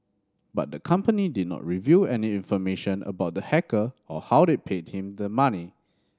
but the company did not reveal any information about the hacker or how it paid him the money